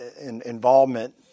involvement